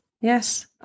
Yes